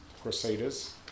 crusaders